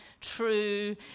true